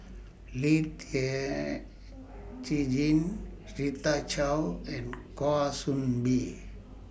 Lee Rita Chao and Kwa Soon Bee